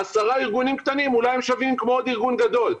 10 ארגונים קטנים אולי שווים כמו ארגון גדול.